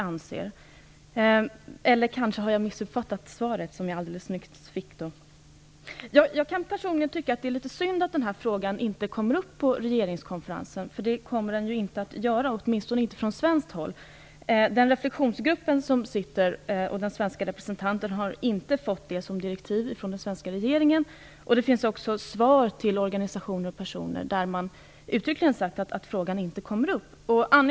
Eller har jag kanske missuppfattat det svar jag alldeles nyss fick? Personligen tycker jag att det är litet synd att denna fråga inte kommer att tas upp på regeringskonferensen, åtminstone inte från svenskt håll. Reflexionsgruppens svenska representant har inte fått något sådant direktiv från den svenska regeringen och det finns svar till organisationer och personer där det uttryckligen har sagts att frågan inte kommer att tas upp.